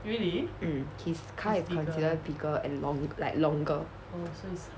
mm his car is consider bigger and long like longer